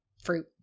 fruit